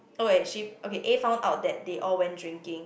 oh wait she okay A found out that they all went drinking